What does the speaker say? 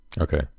Okay